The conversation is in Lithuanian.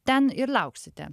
ten ir lauksite